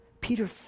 Peter